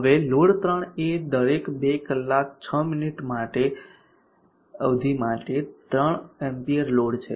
હવે લોડ 3 એ દરેક 2 કલાક 6 મિનિટની અવધિ માટે 3 એમ્પીયર લોડ છે